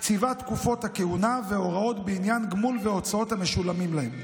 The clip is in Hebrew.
קציבת תקופות הכהונה והוראות בעניין גמול והוצאות שמשולמים להם.